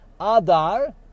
Adar